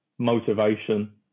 Motivation